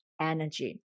energy